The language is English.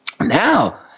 now